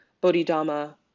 Bodhidharma